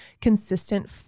consistent